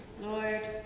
Lord